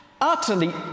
utterly